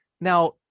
now